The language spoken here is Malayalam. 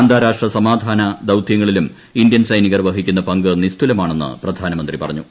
അന്താരാഷ്ട്ര സമാധാന ദൌതൃങ്ങളിലും ഇന്ത്യൻ സൈനികർ വഹിക്കുന്ന പങ്ക് നിസ്തുലമാണെന്ന് പ്രധാനമന്ത്രി പറഞ്ഞു